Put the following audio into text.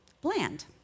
bland